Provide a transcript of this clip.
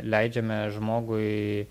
leidžiame žmogui